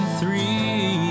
three